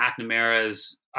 McNamara's